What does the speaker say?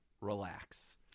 relax